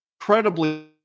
incredibly